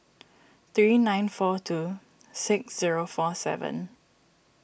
three nine four two six zero four seven